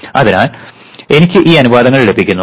അതിനാൽ എനിക്ക് ഈ അനുപാതങ്ങൾ ലഭിക്കുന്നു